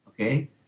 okay